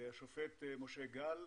השופט משה גל.